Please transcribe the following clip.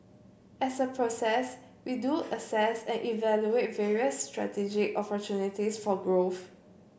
as a process we do assess and evaluate various strategic opportunities for growth